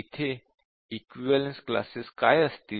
इथे equivalence classes काय असतील